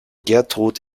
gertrud